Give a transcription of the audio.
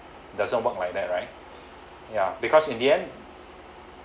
they also bought like that right yeah because in the end